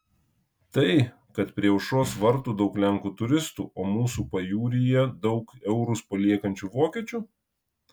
tai kad prie aušros vartų daug lenkų turistų o mūsų pajūryje daug eurus paliekančių vokiečių